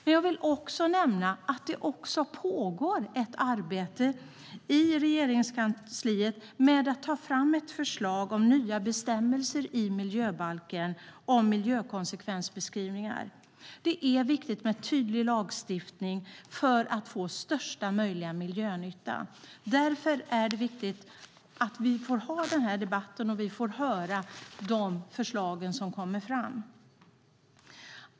Det pågår också ett arbete i Regeringskansliet med att ta fram ett förslag om nya bestämmelser i miljöbalken om miljökonsekvensbeskrivningar. Det är viktigt med tydlig lagstiftning för att få största möjliga miljönytta. Därför är det viktigt att vi har den här debatten och får höra de förslag som kommer fram.